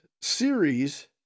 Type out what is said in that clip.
series